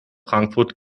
frankfurt